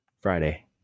Friday